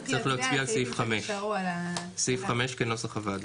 נאשר את סעיף 5 כנוסח הוועדה.